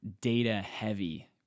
data-heavy